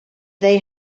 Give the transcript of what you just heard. they